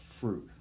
fruit